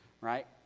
right